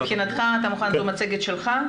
מבחינתך, אתה מוכן עם המצגת שלך?